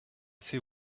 sait